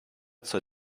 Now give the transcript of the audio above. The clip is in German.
zur